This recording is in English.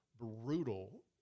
Brutal